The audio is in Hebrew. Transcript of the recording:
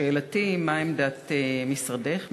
שאלתי היא: מה היא עמדת משרדך,